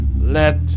let